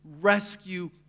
rescue